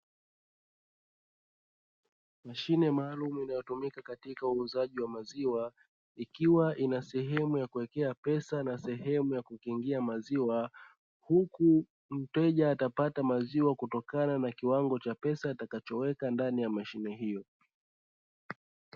Mashine maalum inayotumika katika uuzaji wa maziwa, ikiwa ina sehemu ya kuwekea pesa na sehemu ya kukingia maziwa, huku mteja atapata maziwa kutokana na kiwango cha pesa atakachoweka ndani ya mashine hiyo.